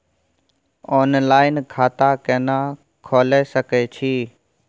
Online खाता केना खोले सकै छी?